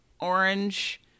orange